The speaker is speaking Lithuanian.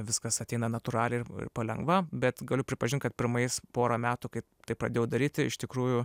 viskas ateina natūraliai ir palengva bet galiu pripažint kad pirmais porą metų kai tai pradėjau daryti iš tikrųjų